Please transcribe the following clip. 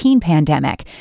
pandemic